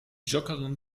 joggerin